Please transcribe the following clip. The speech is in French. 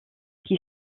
qui